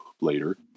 later